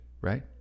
right